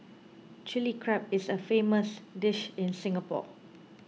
Chilli Crab is a famous dish in Singapore